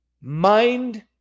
mind